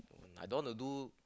I don't want to do